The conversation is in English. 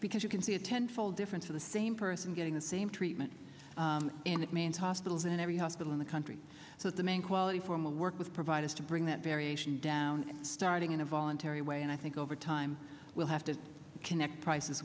because you can see a ten fold difference for the same person getting the same treatment and it means hospitals in every hospital in the country so the main quality from a work with providers to bring that variation down starting in a voluntary way and i think over time we'll have to connect prices